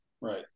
right